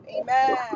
Amen